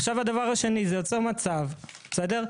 עכשיו הדבר השני, זה יוצר מצב, בסדר?